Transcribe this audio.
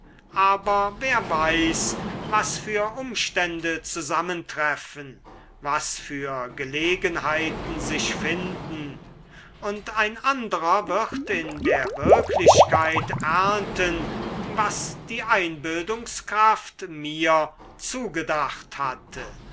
aber wer weiß was für umstände zusammentreffen was für gelegenheiten sich finden und ein anderer wird in der wirklichkeit ernten was die einbildungskraft mir zugedacht hatte